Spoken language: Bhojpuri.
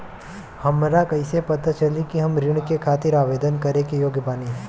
हमरा कइसे पता चली कि हम ऋण के खातिर आवेदन करे के योग्य बानी?